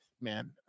man